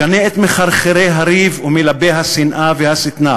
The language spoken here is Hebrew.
גנה את מחרחרי הריב ומלבי השנאה והשטנה,